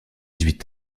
huit